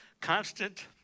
constant